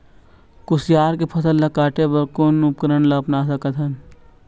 कुसियार के फसल ला काटे बर कोन उपकरण ला अपना सकथन?